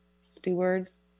stewards